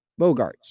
Bogarts